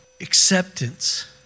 Acceptance